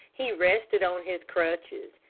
he rested on his crutches,